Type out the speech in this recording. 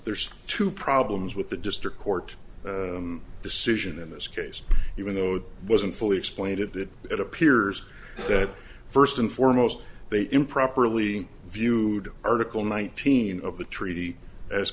there's two problems with the district court decision in this case even though it wasn't fully explained it that it appears that first and foremost they improperly viewed article nineteen of the treaty as